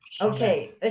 Okay